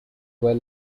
were